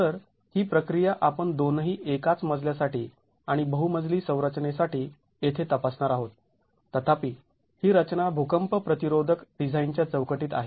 तर ही प्रक्रिया आपण दोनही एकाच मजल्यासाठी आणि बहुमजली संरचनेसाठी येथे तपासणार आहोत तथापि ही रचना भूकंप प्रतिरोधक डिझाईनच्या चौकटीत आहे